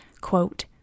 quote